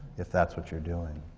if that's what you're doing.